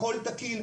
הכל תקין?